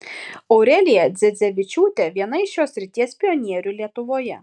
aurelija dzedzevičiūtė viena iš šios srities pionierių lietuvoje